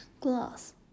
glass